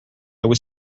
was